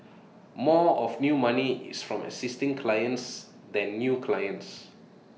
more of new money is from existing clients than new clients